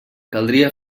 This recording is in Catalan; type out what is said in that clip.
caldria